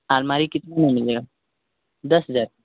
अलमारी कितने में मिलेगा दस हजार